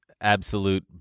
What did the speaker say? absolute